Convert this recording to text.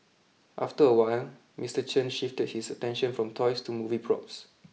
after a while Mister Chen shifted his attention from toys to movie props